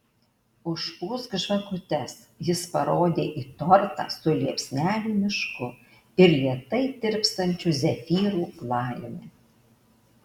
užpūsk žvakutes jis parodė į tortą su liepsnelių mišku ir lėtai tirpstančiu zefyrų glajumi